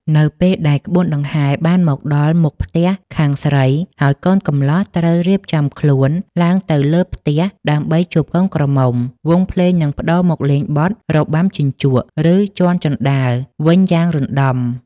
នៅពេលដែលក្បួនដង្ហែបានមកដល់មុខផ្ទះខាងស្រី ហើយកូនកំលោះត្រូវរៀបចំខ្លួនឡើងទៅលើផ្ទះដើម្បីជួបកូនក្រមុំ វង់ភ្លេងនឹងប្តូរមកលេងបទ របាំជញ្ជក់ ឬ ជាន់ជណ្ដើរ វិញយ៉ាងរណ្តំ។